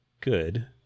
good